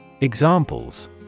Examples